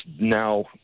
now